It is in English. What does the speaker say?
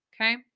Okay